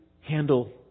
handle